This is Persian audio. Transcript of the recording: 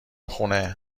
خونه